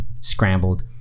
scrambled